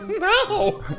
No